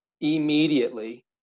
immediately